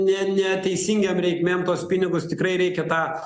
ne neteisingiem reikmėm tuos pinigus tikrai reikia tą